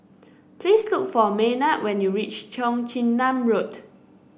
please look for Maynard when you reach Cheong Chin Nam Road